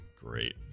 Great